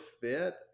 fit